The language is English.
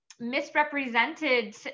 Misrepresented